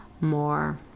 more